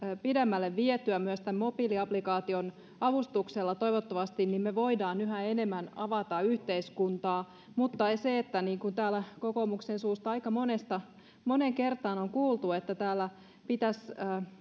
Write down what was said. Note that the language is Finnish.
pidemmälle vietyä myös tämän mobiiliapplikaation avustuksella toivottavasti niin me voimme yhä enemmän avata yhteiskuntaa mutta ei se niin kuin täällä kokoomuksen suusta aika moneen kertaan on kuultu että täällä pitäisi